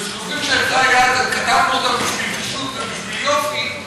וכשחושבים שאת ערכי היעד כתבנו בשביל קישוט ובשביל יופי,